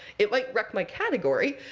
it might wreck my category.